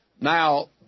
Now